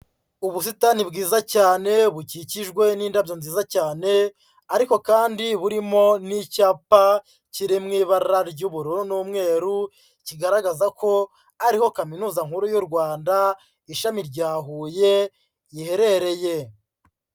Ubusitani bwiza cyane bukikijwe n'indabyo nziza cyane ariko kandi burimo n'icyapa kiri mu ibara ry'ubururu n'umweru, kigaragaza ko ari ho Kaminuza nkuru y'u Rwanda ishami rya Huye iherereye.